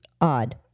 odd